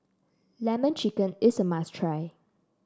lemon chicken is a must try